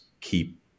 keep